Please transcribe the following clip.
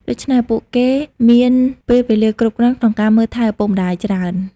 ដូច្នេះ ពួកគេមានពេលវេលាគ្រប់គ្រាន់ ក្នុងការមើលថែឪពុកម្តាយច្រើន។